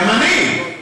גם אני,